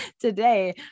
today